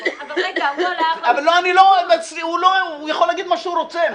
רגע, הוא יכול להגיד את מה שהוא רוצה.